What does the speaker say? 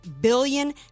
billion